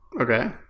Okay